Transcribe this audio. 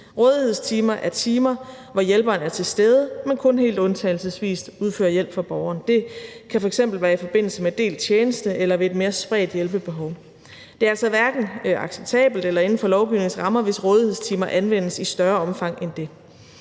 Rådighedstimer er timer, hvor hjælperen er til stede, men kun helt undtagelsesvis udfører hjælp for borgeren. Det kan f.eks. være i forbindelse med delt tjeneste eller ved et mere spredt hjælpebehov. Det er altså hverken acceptabelt eller inden for lovgivningens rammer, hvis rådighedstimer anvendes i større omfang end det.